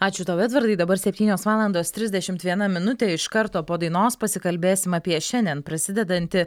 ačiū tau edvardai dabar septynios valandos trisdešimt viena minutė iš karto po dainos pasikalbėsim apie šiandien prasidedantį